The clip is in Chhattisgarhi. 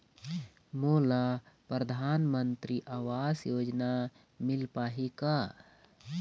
मोला परधानमंतरी आवास योजना मिल पाही का?